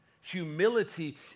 Humility